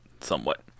somewhat